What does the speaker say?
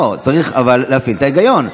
צריך להפעיל את ההיגיון.